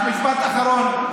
משפט אחרון.